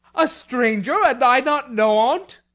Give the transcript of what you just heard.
a stranger, and i not known on't?